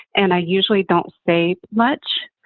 and i usually don't say much,